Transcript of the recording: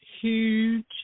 huge